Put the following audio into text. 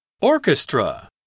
Orchestra